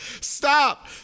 stop